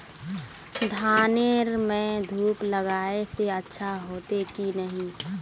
धानेर में धूप लगाए से अच्छा होते की नहीं?